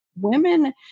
Women